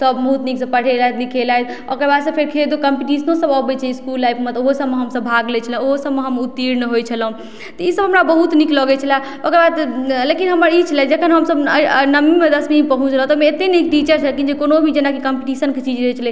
सब बहुत नीक से पढ़ेलथि लिखेलथि ओकरबाद से फेर कम्पिटिशनो सब अबै छै इसकुल लाइफमे तऽ ओहो सभमे हम सब भाग लै छलहुॅं ओहो सबमे हम उत्तीर्ण होइ छलहुॅं तऽ इसब हमरा बहुत नीक लगै छलै ओकरबाद लेकिन हमर ई छलै जखन हम सब नवमीमे दशमीमे पहुँचलहुॅं तऽ ओहिमे अत्ते नीक टीचर छलखिन जे कोनो भी जेना कि कम्पिटिशनके चीज होइ छलै